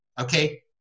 okay